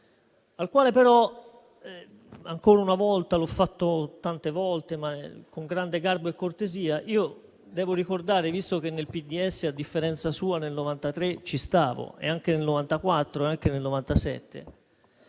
al quale però ancora una volta (l'ho fatto tante volte), con grande garbo e cortesia, devo ricordare, visto che nel PDS, a differenza sua, nel 1993 ci stavo, come anche nel 1994 e anche nel 1997,